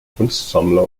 kunstsammler